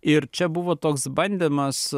ir čia buvo toks bandymas